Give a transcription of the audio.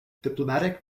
diplomatic